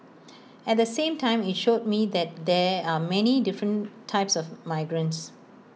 at the same time IT showed me that there are many different types of migrants